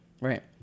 right